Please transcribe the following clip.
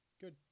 Good